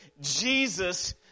Jesus